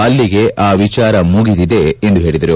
ಅಲ್ಲಿಗೆ ಆ ವಿಚಾರ ಮುಗಿದಿದೆ ಎಂದು ಹೇಳಿದರು